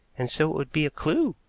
and so it would be a clew,